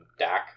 DAC